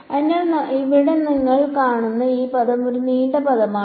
അതിനാൽ ഇവിടെ നിങ്ങൾ കാണുന്ന ഈ പദം ഒരു നീണ്ട പദമാണ്